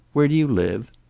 where do you live?